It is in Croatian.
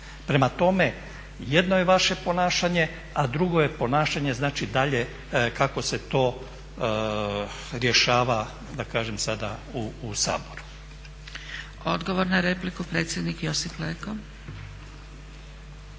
Prema tome, jedno je vaše ponašanje, a drugo je ponašanje znači dalje kako se to rješava da kažem sada u Saboru. **Zgrebec, Dragica (SDP)** Odgovor na repliku predsjednik Josip Leko.